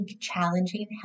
challenging